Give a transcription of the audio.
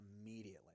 immediately